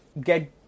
get